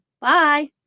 Bye